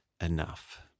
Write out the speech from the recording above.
enough